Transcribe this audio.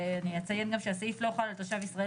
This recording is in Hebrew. אני אציין גם שהסעיף לא חל על תושב ישראל